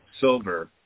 silver